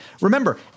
Remember